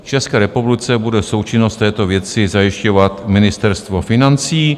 V České republice bude součinnost v této věci zajišťovat Ministerstvo financí.